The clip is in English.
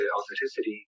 Authenticity